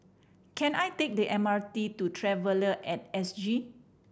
can I take the M R T to Traveller At S G